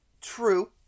True